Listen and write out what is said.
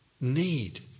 need